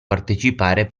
partecipare